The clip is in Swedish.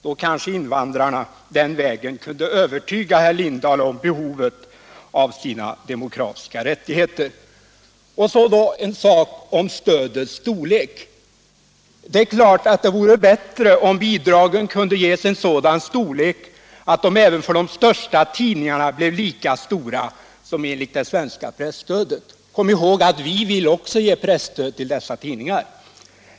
Då kanske invandrarna den vägen kunde övertyga herr Lindahl om behovet av sina demokratiska rättigheter. Så en sak om stödets storlek. Det är klart att det vore bättre om bidragen kunde ges sådan storlek att de även för de största tidningarna blev lika stora som enligt reglerna för det svenska presstödet. Kom ihåg att vi vill också ge presstöd till dessa tidningar!